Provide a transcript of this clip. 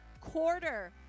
quarter